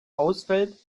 ausfällt